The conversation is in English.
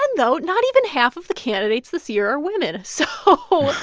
um though, not even half of the candidates this year are women. so.